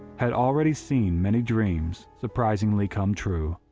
had already seen many dreams surprisingly come true.